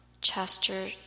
Chester